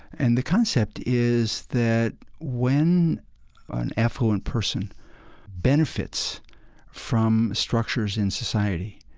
and the concept is that when an affluent person benefits from structures in society